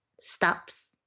stops